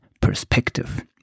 perspective